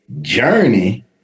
journey